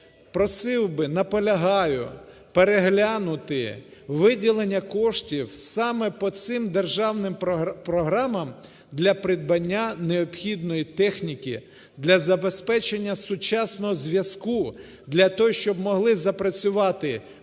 просив би, наполягаю переглянути виділення коштів саме по цим державним програмам для придбання необхідної техніки, для забезпечення сучасного зв'язку, для того щоб змогли запрацювати